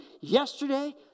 yesterday